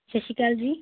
ਸਤਿ ਸ਼੍ਰੀ ਅਕਾਲ